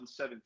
2017